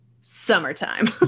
summertime